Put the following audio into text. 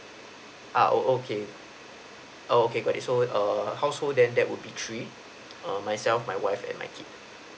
uh oh okay oh okay got it so err household then that would be three um myself my wife and my kid